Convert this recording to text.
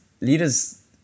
leaders